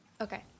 Okay